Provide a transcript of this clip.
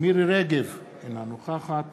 מירי רגב, אינה נוכחת